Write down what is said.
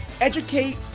Educate